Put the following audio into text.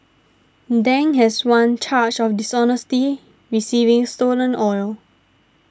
Dang has one charge of dishonestly receiving stolen oil